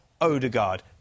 Odegaard